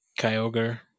Kyogre